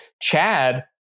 Chad